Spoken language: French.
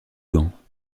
gants